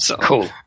Cool